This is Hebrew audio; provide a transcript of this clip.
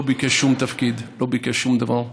לא ביקש שום תפקיד, לא ביקש שום דבר.